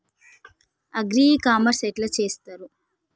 Agri e commerce ఎట్ల చేస్తరు?